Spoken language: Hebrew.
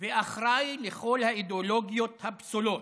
ואחראי לכל האידיאולוגיות הפסולות,